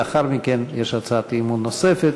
לאחר מכן יש הצעת אי-אמון נוספת